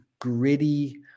gritty